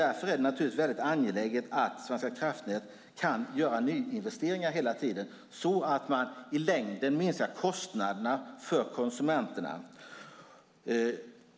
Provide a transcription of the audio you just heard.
Därför är det naturligtvis väldigt angeläget att Svenska kraftnät hela tiden kan göra nyinvesteringar så att man i längden minskar kostnaderna för konsumenterna.